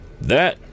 That